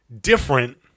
different